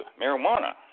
marijuana